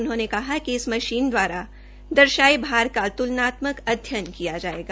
उन्होंने कहा कि इस मशीन द्वारा दर्शाये भार की त्लना अध्ययन किया जायेगा